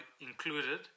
included